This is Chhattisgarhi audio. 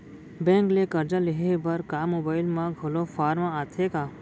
बैंक ले करजा लेहे बर का मोबाइल म घलो फार्म आथे का?